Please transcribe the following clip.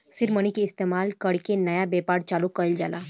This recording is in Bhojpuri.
सीड मनी के इस्तमाल कर के नया व्यापार चालू कइल जाला